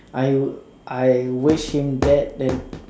I w~ I wish him dead then